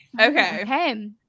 okay